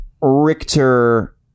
Richter